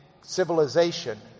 civilization